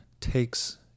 takes